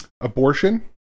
Abortion